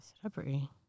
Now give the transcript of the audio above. celebrity